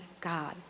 God